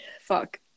fuck